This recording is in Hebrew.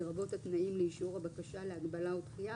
לרבות התנאים לאישור הבקשה להגבלה או דחייה,